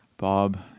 Bob